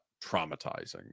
traumatizing